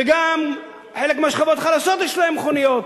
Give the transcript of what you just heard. וגם חלק מהשכבות החלשות יש להם מכוניות,